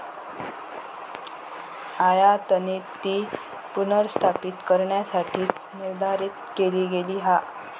आयातनीती पुनर्स्थापित करण्यासाठीच निर्धारित केली गेली हा